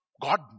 God